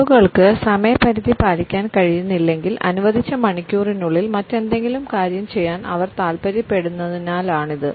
ആളുകൾക്ക് സമയപരിധി പാലിക്കാൻ കഴിയുന്നില്ലെങ്കിൽ അനുവദിച്ച മണിക്കൂറിനുള്ളിൽ മറ്റെന്തെങ്കിലും കാര്യം ചെയ്യാൻ അവർ താൽപ്പര്യപ്പെടുന്നതിനാലാണിത്